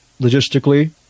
logistically